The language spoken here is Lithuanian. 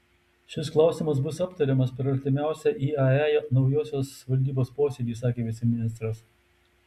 šis klausimas bus aptariamas per artimiausią iae naujosios valdybos posėdį sakė viceministras